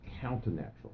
counter-natural